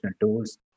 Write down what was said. tools